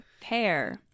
Pair